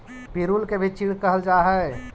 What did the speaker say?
पिरुल के भी चीड़ कहल जा हई